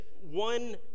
one